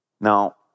Now